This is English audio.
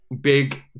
big